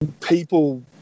people